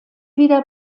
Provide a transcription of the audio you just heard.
wieder